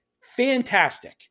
Fantastic